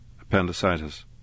appendicitis